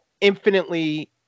infinitely